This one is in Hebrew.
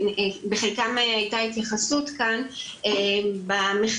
שבחלקם הייתה התייחסות כאן במחקר.